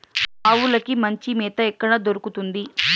ఆవులకి మంచి మేత ఎక్కడ దొరుకుతుంది?